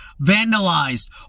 vandalized